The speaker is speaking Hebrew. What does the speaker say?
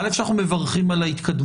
ראשית אנחנו מברכים על ההתקדמות,